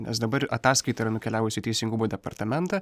nes dabar ataskaita yra nukeliavusi į teisingumo departamentą